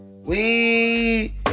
We-